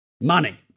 money